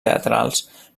teatrals